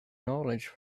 knowledge